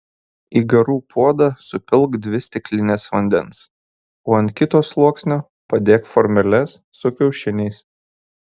į garų puodą supilk dvi stiklines vandens o ant kito sluoksnio padėk formeles su kiaušiniais